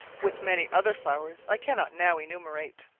with many other flowers i cannot now enumerate.